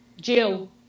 Jill